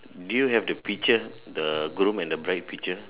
do you have the picture the groom and the bride picture